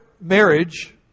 marriage